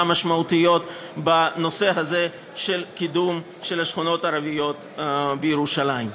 משמעותיות בנושא הזה של קידום השכונות הערביות בירושלים.